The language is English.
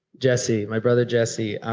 jesse, my brother jesse.